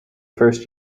first